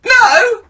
No